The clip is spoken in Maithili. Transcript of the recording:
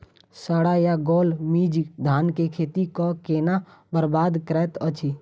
साढ़ा या गौल मीज धान केँ खेती कऽ केना बरबाद करैत अछि?